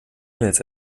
mails